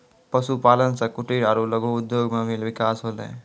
पशुपालन से कुटिर आरु लघु उद्योग मे भी बिकास होलै